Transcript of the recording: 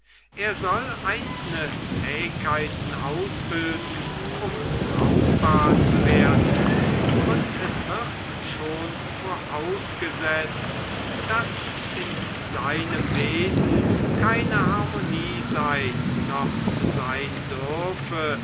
er soll einzelne fähigkeiten ausbilden um brauchbar zu werden und es wird schon vorausgesetzt daß in seinem wesen keine harmonie sei noch sein dürfe